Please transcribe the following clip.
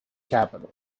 capital